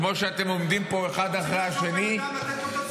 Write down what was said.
כמו שאתם עומדים פה אחד אחרי השני -- אנחנו